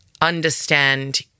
understand